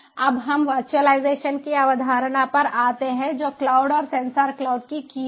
अब हम वर्चुअलाइजेशन की अवधारणा पर आते हैं जो क्लाउड और सेंसर क्लाउड की की है